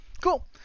Cool